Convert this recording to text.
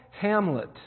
hamlet